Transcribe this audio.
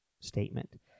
statement